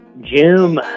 Jim